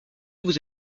vous